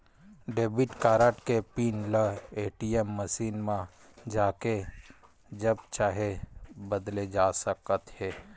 debit card के PIN ल ATM machine म जाके जब चाहे बदले जा सकत हे